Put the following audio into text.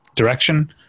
Direction